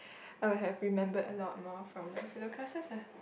I would have remembered a lot more from my philo classes ah